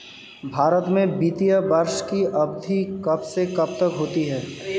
भारत में वित्तीय वर्ष की अवधि कब से कब तक होती है?